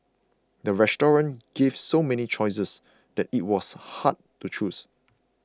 the restaurant gave so many choices that it was hard to choose